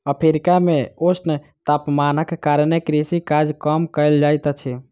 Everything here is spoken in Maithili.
अफ्रीका मे ऊष्ण तापमानक कारणेँ कृषि काज कम कयल जाइत अछि